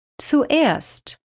zuerst